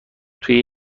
توی